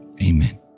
amen